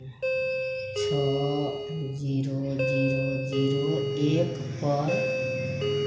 छओ zero zero zero एकपर